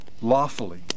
lawfully